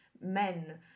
men